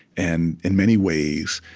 and in many ways,